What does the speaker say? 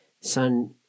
son